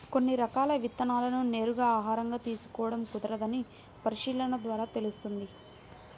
కొన్ని రకాల విత్తనాలను నేరుగా ఆహారంగా తీసుకోడం కుదరదని పరిశీలన ద్వారా తెలుస్తుంది